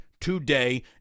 Today